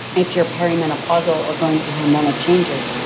if you're perimenopausal or going through hormonal changes,